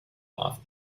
off